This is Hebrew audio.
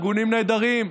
ארגונים נהדרים,